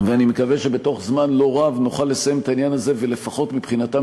ואני מקווה שבתוך זמן לא רב נוכל לסיים את העניין הזה ולפחות מבחינתם